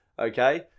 Okay